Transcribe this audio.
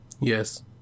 Yes